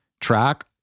track